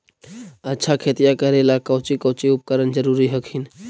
अच्छा खेतिया करे ला कौची कौची उपकरण जरूरी हखिन?